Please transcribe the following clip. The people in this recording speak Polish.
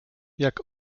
jak